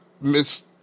Miss